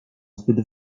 zbyt